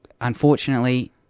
unfortunately